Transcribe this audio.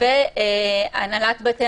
והנהלת בתי